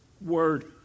word